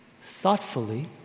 thoughtfully